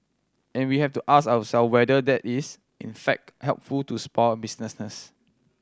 and we have to ask ourself whether that is in fact helpful to small businesses